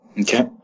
Okay